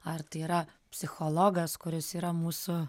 ar tai yra psichologas kuris yra mūsų